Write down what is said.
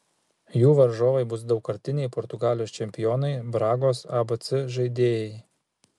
jų varžovai bus daugkartiniai portugalijos čempionai bragos abc žaidėjai